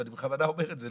ואני בכוונה אומר את זה,